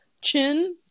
chin